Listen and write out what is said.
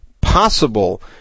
possible